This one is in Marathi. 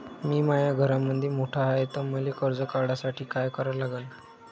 मी माया घरामंदी मोठा हाय त मले कर्ज काढासाठी काय करा लागन?